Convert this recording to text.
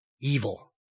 evil